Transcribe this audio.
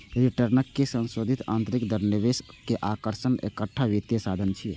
रिटर्नक संशोधित आंतरिक दर निवेश के आकर्षणक एकटा वित्तीय साधन छियै